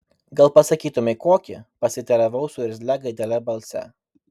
gal pasakytumei kokį pasiteiravau su irzlia gaidele balse